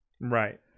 Right